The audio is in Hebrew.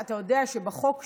אתה יודע, שהחוק שלי,